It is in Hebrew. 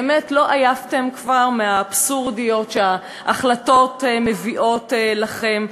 באמת לא עייפתם כבר מהאבסורדיות שההחלטות מביאות לכם?